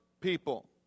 people